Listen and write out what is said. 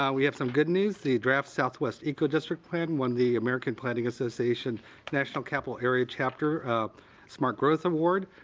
yeah we have some good news. the draft southwest eco district plan won the american planning association national capital area chapter smart growth award.